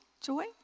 joy